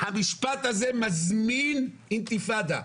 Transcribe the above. המשפט הזה מזמין אינתיפאדה.